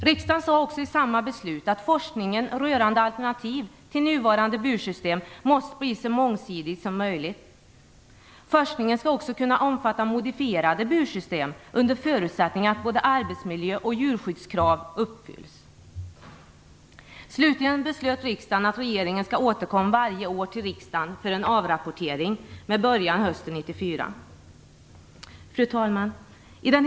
Riksdagen sade också i samma beslut att forskningen rörande alternativ till nuvarande bursystem måste bli så mångsidig som möjligt. Forskningen skall också kunna omfatta modifierade bursystem under förutsättning av att både arbetsmiljö och djurskyddskraven uppfylls. Slutligen beslöt riksdagen att regeringen skall återkomma varje år till riksdagen för en avrapportering med början hösten 1994. Fru talman!